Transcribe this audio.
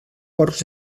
porcs